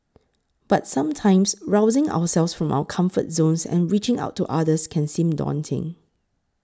but sometimes rousing ourselves from our comfort zones and reaching out to others can seem daunting